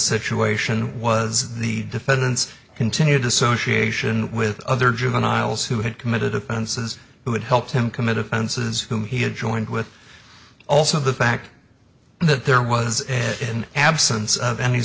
situation was the defendant's continued association with other juveniles who had committed offenses who had helped him commit offenses whom he had joined with also the fact that there was an absence of any